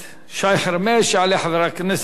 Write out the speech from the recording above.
יעלה חבר הכנסת עפו אגבאריה,